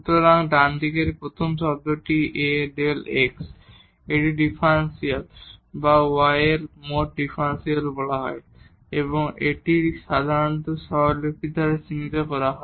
সুতরাং ডান দিকের এই প্রথম শব্দটি A Δ x এটিকে ডিফারেনশিয়াল বা y এর মোট ডিফারেনশিয়াল বলা হয় এবং এটি সাধারণত নোটেশন দ্বারা চিহ্নিত করা হয়